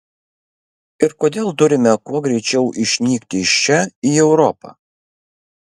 ir kodėl turime kuo greičiau išnykti iš čia į europą